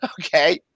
Okay